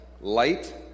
light